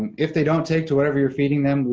and if they don't take to whatever you're feeding them,